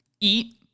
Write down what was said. Eat